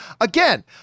again